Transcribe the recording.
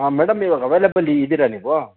ಹಾಂ ಮೇಡಮ್ ಈವಾಗ ಅವೈಲಬಲ್ ಈ ಇದ್ದೀರಾ ನೀವು